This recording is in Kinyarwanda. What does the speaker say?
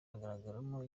agaragaramo